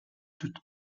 toute